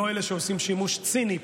לא אלה שעושים שימוש ציני,